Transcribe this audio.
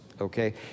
okay